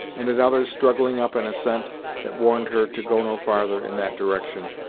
and at others struggling up an ascent that warned her to go no farther in that direction,